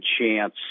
chance –